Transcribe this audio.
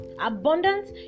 abundance